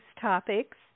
topics